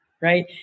right